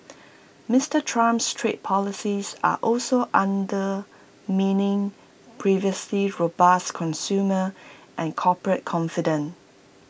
Mister Trump's trade policies are also undermining previously robust consumer and corporate confidence